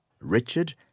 Richard